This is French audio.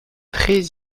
très